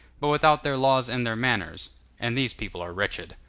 but without their laws and their manners and these peoples are wretched.